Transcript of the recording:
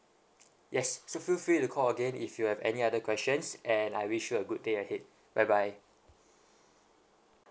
yes so feel free to call again if you have any other questions and I wish you a good day ahead bye bye